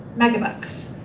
megabucks,